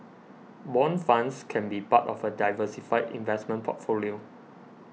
bond funds can be part of a diversified investment portfolio